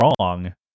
wrong